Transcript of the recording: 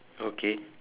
okay